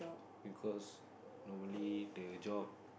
because normally the job